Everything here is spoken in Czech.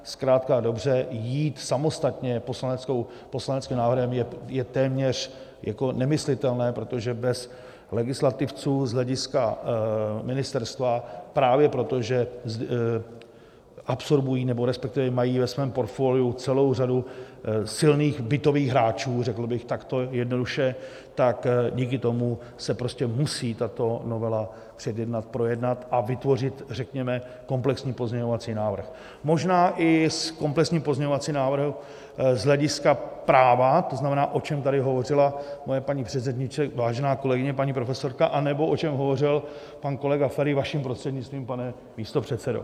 Zkrátka a dobře, jít samostatně poslaneckým návrhem je téměř nemyslitelné, protože bez legislativců z hlediska ministerstva právě proto, že absorbují nebo respektive mají ve svém portfoliu celou řadu silných bytových hráčů, řekl bych takto jednoduše, tak díky tomu se prostě musí tato novela předjednat, projednat a vytvořit řekněme komplexní pozměňovací návrh, možná i komplexní pozměňovací návrh z hlediska práva to znamená, o čem tady hovořila moje paní předřečnice, vážená kolegyně, paní profesorka, anebo o čem hovořil pan kolega Feri, vaším prostřednictvím, pane místopředsedo.